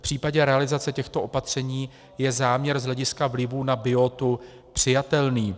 V případě realizace těchto opatření je záměr z hlediska vlivů na biotu přijatelný.